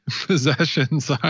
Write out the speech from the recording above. possessions